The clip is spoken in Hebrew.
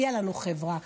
תהיה לנו חברה.